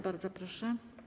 Bardzo proszę.